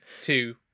two